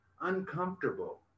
uncomfortable